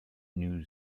new